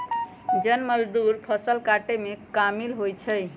जन मजदुर फ़सल काटेमें कामिल होइ छइ